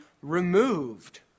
removed